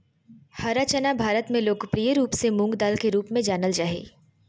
हरा चना भारत में लोकप्रिय रूप से मूंगदाल के रूप में जानल जा हइ